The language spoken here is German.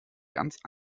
ganz